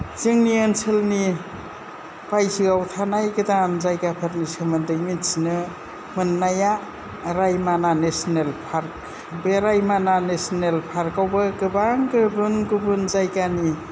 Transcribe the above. जोंनि ओनसोलनि बायजोआव थानाय गोदान जायगाफोरनि सोमोन्दै मिन्थिनो मोननाया रायमना नेसनेल पार्क बे रायमना नेसनेल पार्कावबो गोबां गुबुन गुबुन जायगानि